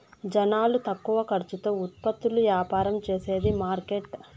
జనాలు తక్కువ ఖర్చుతో ఉత్పత్తులు యాపారం చేసేది మార్కెట్